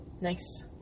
Nice